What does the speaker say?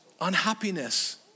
unhappiness